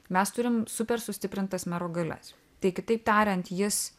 mes turim super sustiprintas mero galias tai kitaip tariant jis